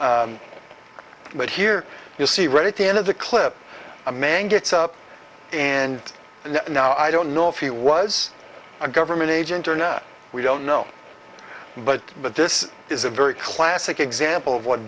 but here you see right into the clip a man gets up and now i don't know if he was a government agent or not we don't know but but this is a very classic example of what